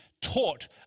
taught